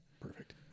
Perfect